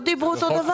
לא דיברו אותו דבר.